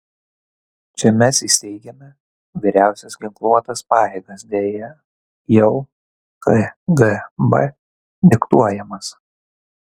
čia mes įsteigėme vyriausias ginkluotas pajėgas deja jau kgb diktuojamas